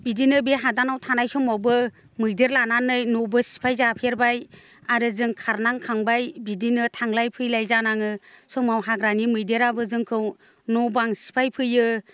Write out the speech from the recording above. बिदिनो बे हादानाव थानाय समावबो मैदेर लानानै न'बो सिफाय जाफेरबाय आरो जों खारनां खांबाय बिदिनो थांलाय फैलाय जानाङो समाव हाग्रानि मैदेराबो जोंखौ न'बां सिफाय फैयो